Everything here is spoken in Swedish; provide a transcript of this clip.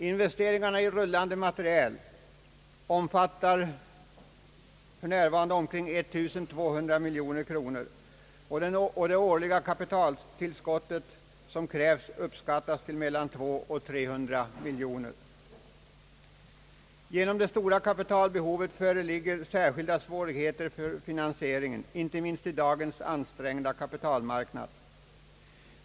Investeringarna i rullande materiel omfattar för närvarande omkring 1200 miljoner kronor, och det årliga kapitaltillskott som krävs uppskattas till mellan 200 och 300 miljoner kronor. Det stora kapitalbehovet gör att det föreligger särskilda svårigheter för finansieringen, inte minst i dagens ansträngda kapitalmarknad.